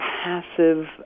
Passive